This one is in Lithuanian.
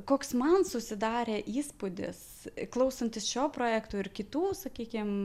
koks man susidarė įspūdis klausantis šio projekto ir kitų sakykim